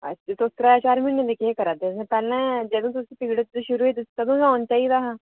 तुस त्रैं चार म्हीने दे केह् करा दे पैहलें जेह्ले पीड़ शरू होई तुसें अदूं गै औना चाहिदा हा